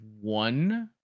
one